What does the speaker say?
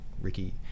Ricky